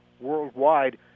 worldwide